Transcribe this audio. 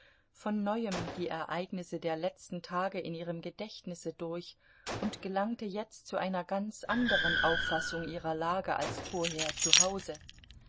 von neuem die ereignisse der letzten tage in ihrem gedächtnisse durch und gelangte jetzt zu einer ganz anderen auffassung ihrer lage als vorher